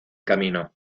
camino